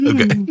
Okay